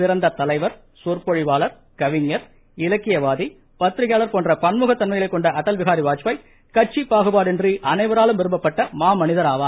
சிறந்த தலைவர் சொற்பொழிவாளர் கவிஞர் இலக்கியவாதி பத்திரிக்கையாளர் போன்ற பன்முக தன்மைகளை கொண்ட அடல் பிஹாரி வாஜ்பாய் கட்சி பாகுபாடின்றி அனைவராலும் விரும்பப்பட்ட மாமனிதர் ஆவார்